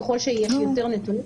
ככל שיש יותר נתונים,